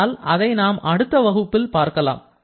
ஆனால் அதை நாம் அடுத்த வகுப்பில் பார்க்கலாம்